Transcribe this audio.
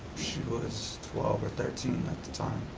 she was twelve or thirteen at the time.